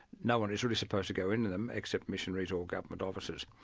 no-one is really supposed to go into them except missionaries or government officers.